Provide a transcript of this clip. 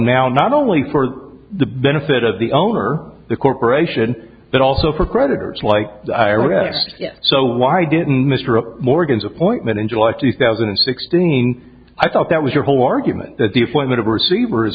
now not only for the benefit of the owner of the corporation but also for creditors like direct so why didn't mr morgan's appointment in july two thousand and sixteen i thought that was your whole argument that the appointment of a receiver